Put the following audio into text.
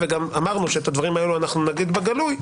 אמרנו שאת הדברים האלה גם נגיד בגלוי.